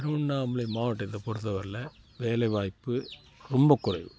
திருவண்ணாமலை மாவட்டத்தை பொறுத்தவரைல வேலை வாய்ப்பு ரொம்ப குறைவு